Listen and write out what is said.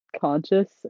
conscious